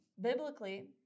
biblically